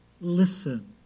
Listen